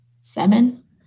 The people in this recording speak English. seven